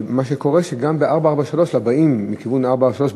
על מה שקורה גם לבאים מכיוון 443,